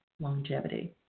longevity